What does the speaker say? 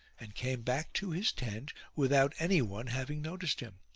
and came back to his tent without anyone having noticed him.